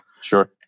Sure